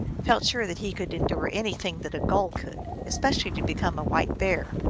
felt sure that he could endure anything that a gull could, especially to become a white bear.